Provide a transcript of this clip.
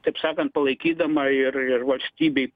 taip sakant palaikydama ir ir valstybei